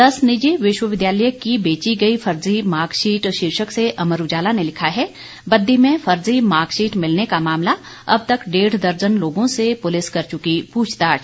दस निजी विश्वविद्यालय की बेची गई फर्जी मार्क्सशीट शीर्षक से अमर उजाला ने लिखा है बद्दी में फर्जी मार्क्सशीट मिलने का मामला अब तक डेढ़ दर्जन लोगों से पुलिस कर चुकी पूछताछ